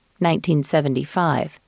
1975